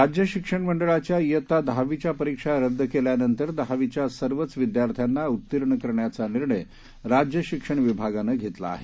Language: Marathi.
राज्य शिक्षण मंडळाच्या इयत्ता दहावीच्या परिक्षा रद्द केल्या नंतर दहावीच्या सर्वच विद्यार्थ्यांना उत्तीर्ण करण्याचा निर्णय राज्य शिक्षण विभागानं घेतला आहे